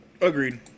Agreed